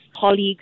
colleagues